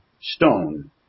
stone